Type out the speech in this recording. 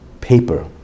paper